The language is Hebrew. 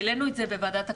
העלינו את זה בוועדת הכנסת.